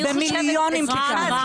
במיליונים פי כמה.